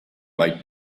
might